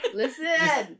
listen